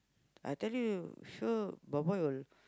I tell you sure boy boy will